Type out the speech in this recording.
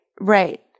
Right